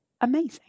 amazing